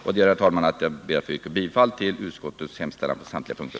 Jag ber, herr talman, att få yrka bifall till utskottets hemställan på samtliga punkter,